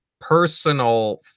personal